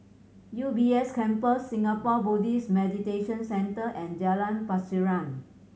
U B S Campus Singapore Buddhist Meditation Centre and Jalan Pasiran